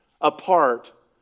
apart